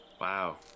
Wow